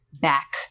back